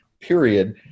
period